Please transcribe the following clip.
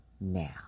now